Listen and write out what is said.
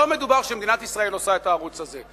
לא מדובר שמדינת ישראל עושה את הערוץ הזה.